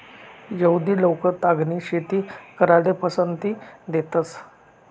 यहुदि लोक तागनी शेती कराले पसंती देतंस